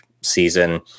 season